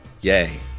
yay